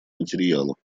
материалу